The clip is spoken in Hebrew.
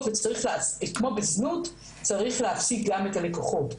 וכמו בזנות צריך להפסיק גם את הלקוחות.